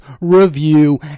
review